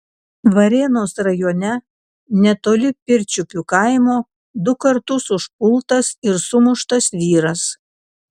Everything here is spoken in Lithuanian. varėnos rajone netoli pirčiupių kaimo du kartus užpultas ir sumuštas vyras